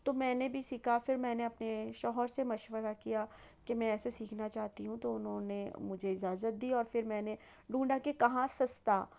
تو میں نے بھی سیکھا پھر میں نے اپنے شوہر سے مشورہ کیا کہ میں ایسے سیکھنا چاہتی ہوں تو اُنہوں نے مجھے اجازت دی اور پھر میں نے ڈھونڈا کہ کہاں سَستا